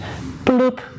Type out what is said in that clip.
Bloop